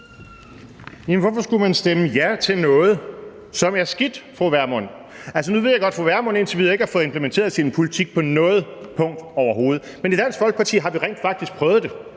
hvorfor skulle man stemme ja til noget, som er skidt, vil jeg spørge fru Vermund? Nu ved jeg godt, at fru Vermund indtil videre ikke har fået implementeret sin politik på noget punkt overhovedet, men i Dansk Folkeparti har vi rent faktisk prøvet det.